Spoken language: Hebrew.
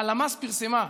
הלמ"ס פרסמה,